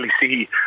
see